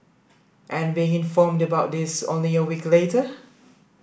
and being informed about this only a week later